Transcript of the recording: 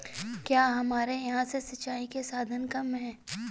क्या हमारे यहाँ से सिंचाई के साधन कम है?